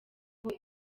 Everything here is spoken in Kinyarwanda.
aho